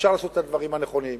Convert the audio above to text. אפשר לעשות את הדברים הנכונים.